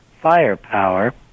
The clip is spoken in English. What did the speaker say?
firepower